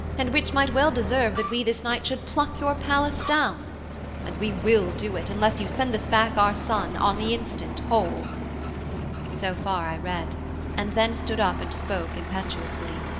and which might well deserve that we this night should pluck your palace down and we will do it, unless you send us back our son, on the instant, whole so far i read and then stood up and spoke impetuously.